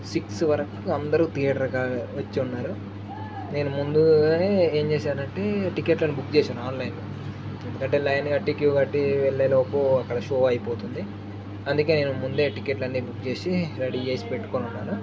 six వరకు అందరూ theatre కా వచ్చిన్నారు నేను ముందుగానే ఏం చేశానంటే టికెట్లను బుక్ చేశాను ఆన్లైన్లో ఎందుకంటే లైన్ కట్టి క్యూ కట్టి వెళ్ళేలోపు అక్కడ షో అయిపోతుంది అందుకే నేను ముందే టికెట్ల అన్నీ బుక్ చేసి రెడీ చేసి పెట్టుకొని ఉన్నాను